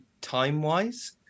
time-wise